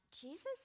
Jesus